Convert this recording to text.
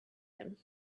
him